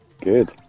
Good